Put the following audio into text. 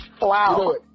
Wow